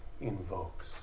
invokes